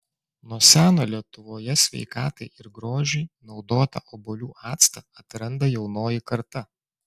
nuo seno lietuvoje sveikatai ir grožiui naudotą obuolių actą atranda jaunoji karta